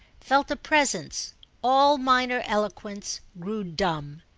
felt a presence all minor eloquence grew dumb.